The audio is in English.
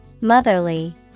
Motherly